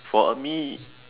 for me